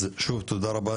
אז, שוב, תודה רבה.